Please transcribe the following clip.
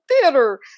theater